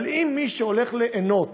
אבל אם מי שהולכים ליהנות